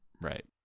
right